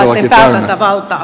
arvoisa puhemies